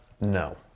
No